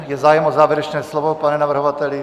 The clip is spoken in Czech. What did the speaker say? Je zájem o závěrečné slovo, pane navrhovateli?